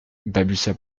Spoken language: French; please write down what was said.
balbutia